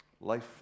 Life